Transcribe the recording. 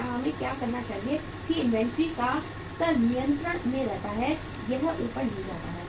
या हमें क्या करना चाहिए कि इन्वेंट्री का स्तर नियंत्रण में रहता है यह ऊपर नहीं जाता है